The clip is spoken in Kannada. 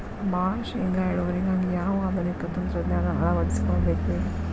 ಭಾಳ ಶೇಂಗಾ ಇಳುವರಿಗಾಗಿ ಯಾವ ಆಧುನಿಕ ತಂತ್ರಜ್ಞಾನವನ್ನ ಅಳವಡಿಸಿಕೊಳ್ಳಬೇಕರೇ?